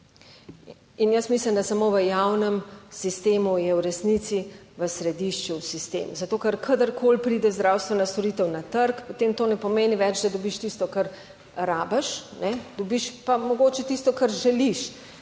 In jaz mislim, da samo v javnem sistemu je v resnici v središču sistem. Zato, ker kadarkoli pride zdravstvena storitev na trg, potem to ne pomeni več, da dobiš tisto, kar rabiš, ne dobiš pa mogoče tisto kar želiš,